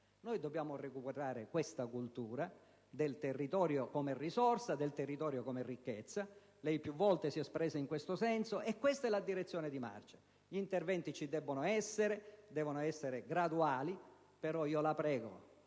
Dobbiamo recuperare questa cultura del territorio come risorsa; del territorio come ricchezza. Lei più volte si è espresso in questo senso, e questa è la direzione di marcia. Gli interventi sono necessari, devono essere graduali, ma la prego